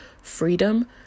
freedom